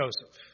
Joseph